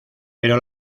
pero